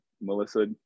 melissa